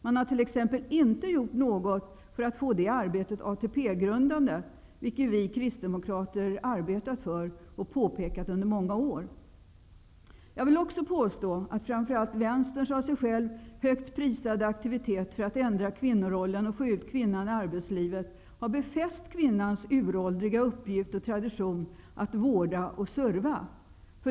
Man har t.ex. inte gjort något för att få det arbetet ATP-grundande, vilket vi kristdemokrater har arbetat för och påpekat under många år. Framför allt Vänsterns av sig själv högt prisade aktiviteter för att ändra kvinnorollen och få ut kvinnan i arbetslivet har befäst kvinnans uråldriga uppgift och tradition att vårda och serva.